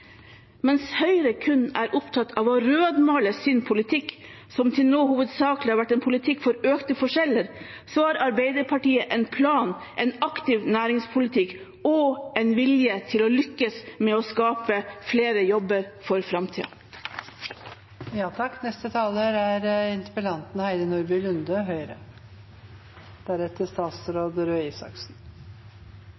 Mens Høyre kun er opptatt av å rødmale sin politikk, som til nå hovedsakelig har vært en politikk for økte forskjeller, har Arbeiderpartiet en plan, en aktiv næringspolitikk og en vilje til å lykkes med å skape flere jobber for